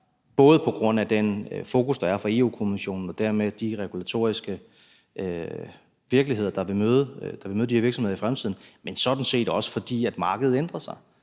både på grund af det fokus, der er fra Europa-Kommissionen, og dermed den regulatoriske virkelighed, der vil møde de her virksomheder i fremtiden, men sådan set også, fordi markedet ændrer sig,